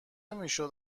میشد